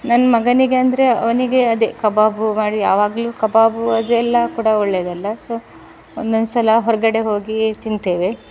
ನನ್ನ ಮಗನಿಗಂದರೆ ಅವನಿಗೆ ಅದೇ ಕಬಾಬು ಮಾಡಿ ಯಾವಾಗಲೂ ಕಬಾಬು ಅದೆಲ್ಲ ಕೂಡ ಒಳ್ಳೆಯದಲ್ಲ ಸೊ ಒಂದೊಂದ್ಸಲ ಹೊರಗಡೆ ಹೋಗಿ ತಿಂತೇವೆ